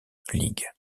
ligues